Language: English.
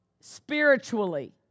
spiritually